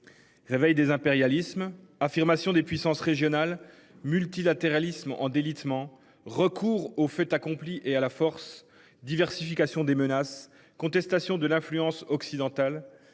Veille des impérialismes affirmations des puissances régionales multilatéralisme en délitement recours au fait accompli et à la force. Diversification des menaces. Contestation de l'influence occidentale.